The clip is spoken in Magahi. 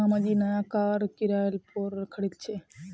मामा जी नया कार किराय पोर खरीदा छे